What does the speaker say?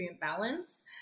balance